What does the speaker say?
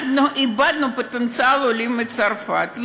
אנחנו איבדנו פוטנציאל של עולים מצרפת.